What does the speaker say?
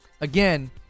Again